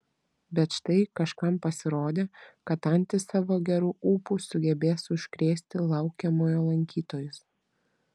bet štai kažkam pasirodė kad antys savo geru ūpu sugebės užkrėsti laukiamojo lankytojus